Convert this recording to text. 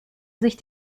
sich